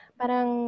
parang